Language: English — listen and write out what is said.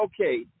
okay